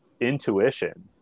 intuition